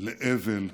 לאבל מחלנו".